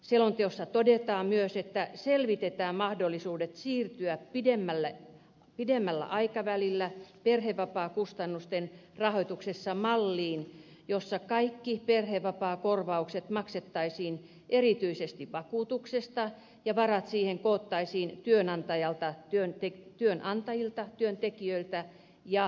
selonteossa todetaan myös että selvitetään mahdollisuudet siirtyä pidemmällä aikavälillä perhevapaakustannusten rahoituksessa malliin jossa kaikki perhevapaakorvaukset maksettaisiin erityisesti vakuutuksesta ja varat siihen koottaisiin työnantajilta työntekijöiltä ja valtiolta